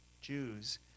Jews